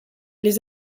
les